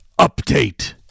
update